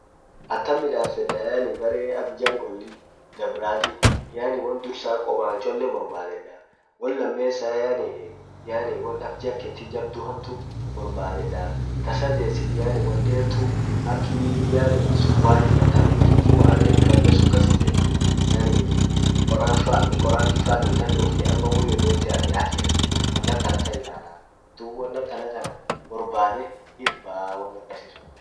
atam midafeda barre ak jungolli dabrati yaani won dursa koban cchole borbadheda, won lamessa yaani yaani won ak jacketti jabdu hamtu borbadhedda, tasadesit yaani won deru akii yaanii surwallia tamil kinki waannen badda sun kas ijemme yaani qoranfa qoratifa kulli ama won yoyote ani athirt won akkanatan illalaadub won akanattan bordadde itbaa won akasinsun